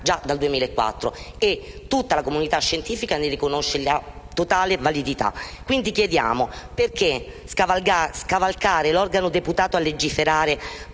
già dal 2004 e che tutta la comunità scientifica ne riconosce la totale validità. Perché, allora, scavalcare l'organo deputato a legiferare